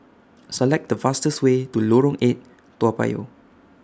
Select The fastest Way to Lorong eight Toa Payoh